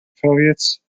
affiliates